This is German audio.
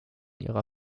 ihrer